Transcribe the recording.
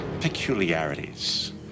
peculiarities